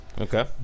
Okay